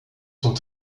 sont